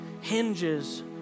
hinges